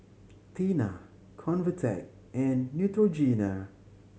Tena Convatec and Neutrogena